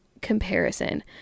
comparison